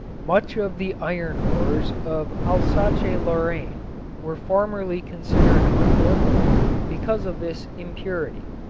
much of the iron ores of alsace-lorraine were formerly considered unworkable because of this impurity,